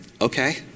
okay